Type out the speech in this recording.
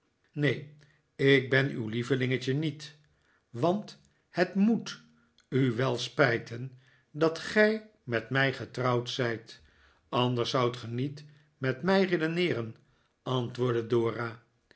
neen ik ben uw lievelingetje niet want het m o e t u wel spijten dat gij met mij getrouwd zijt anders zoudt ge niet met mij redeneeren antwoordde dora